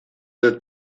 del